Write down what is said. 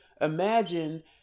imagine